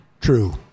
True